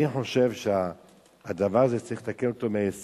אני חושב שאת הדבר הזה צריך לתקן מהיסוד.